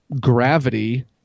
gravity